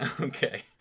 Okay